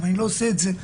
אבל אני לא עושה את זה,